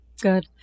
Good